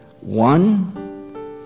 One